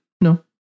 No